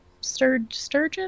Sturgeon